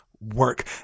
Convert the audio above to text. work